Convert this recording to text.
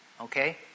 Okay